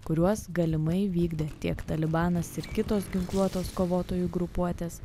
kuriuos galimai vykdė tiek talibanas ir kitos ginkluotos kovotojų grupuotės